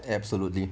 absolutely